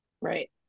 Right